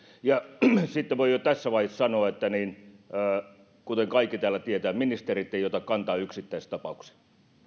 ja sitten voin jo tässä vaiheessa sanoa että kuten kaikki täällä tietävät ministerit eivät ota kantaa yksittäistapauksiin